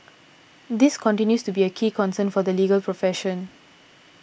this continues to be a key concern for the legal profession